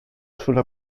sulla